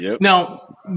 Now